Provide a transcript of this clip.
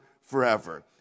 forever